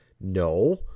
No